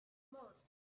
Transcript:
moss